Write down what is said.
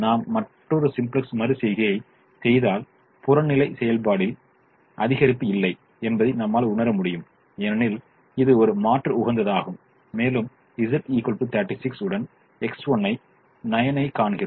நாம் மற்றொரு சிம்ப்ளக்ஸ் மறு செய்கையைச் செய்தால் புறநிலை செயல்பாட்டில் அதிகரிப்பு இல்லை என்பதை நம்மால் உணர முடியும் ஏனெனில் இது ஒரு மாற்று உகந்ததாகும் மேலும் z 36 உடன் X1 9 ஐக் காண்கிறோம்